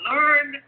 Learn